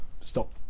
stop